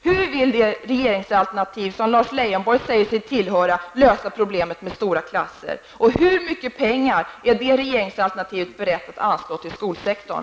Hur vill det regeringsalternativ som Lars Leijonborg säger sig tillhöra lösa problemet med stora klasser? Hur mycket pengar är det regeringsalternativet berett att anslå till skolsektorn?